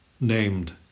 named